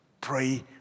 pray